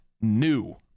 new